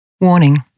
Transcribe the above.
Warning